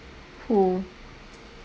who